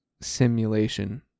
simulation